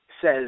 says